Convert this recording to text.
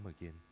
again